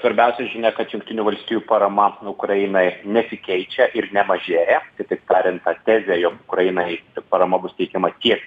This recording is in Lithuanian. svarbiausia žinia kad jungtinių valstijų parama ukrainai nesikeičia ir nemažėja kitaip tariant tezė jog ukrainai parama bus teikiama tiek